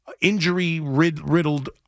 injury-riddled